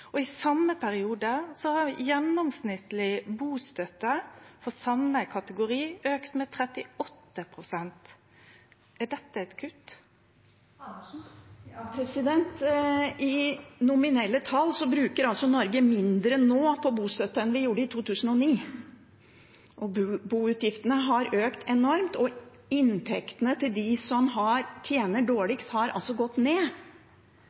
I same periode har gjennomsnittleg bustøtte for same kategori auka med 38 pst. Er dette eit kutt? I nominelle tall bruker Norge mindre nå på bostøtte enn vi gjorde i 2009. Boutgiftene har økt enormt, og inntektene til dem som tjener dårligst, har gått ned.